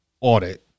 audit